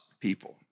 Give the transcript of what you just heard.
people